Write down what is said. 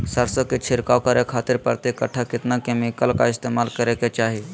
सरसों के छिड़काव करे खातिर प्रति कट्ठा कितना केमिकल का इस्तेमाल करे के चाही?